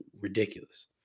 ridiculous